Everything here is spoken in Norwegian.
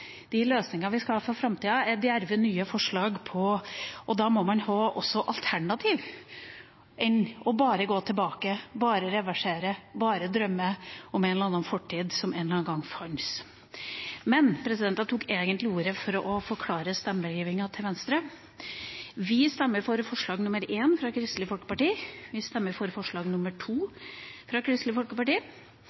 De løsningene vi skal ha for framtida, krever djerve, nye forslag, og da må man også ha andre alternativer enn bare å gå tilbake, bare reversere, bare drømme om en eller annen fortid som en eller annen gang fantes. Men jeg tok egentlig ordet for å forklare stemmegivningen til Venstre. Vi stemmer for forslag nr. 1, fra Kristelig Folkeparti. Vi stemmer for forslag nr. 2, fra Kristelig Folkeparti.